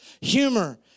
humor